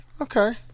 Okay